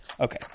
Okay